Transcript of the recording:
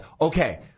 okay